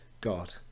God